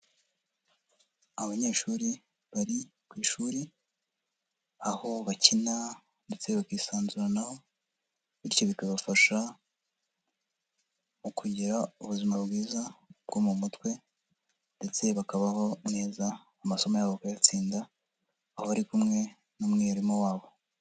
Abanyeshuri bari ku ishuri, aho bakina ndetse bakisanzuranaho bityo bikabafasha mu kugira ubuzima bwiza bwo mu mutwe ndetse bakabaho neza amasomo yabo bakayatsinda, aho bari kumwe n'umwarimu wabo.